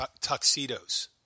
tuxedos